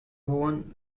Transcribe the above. won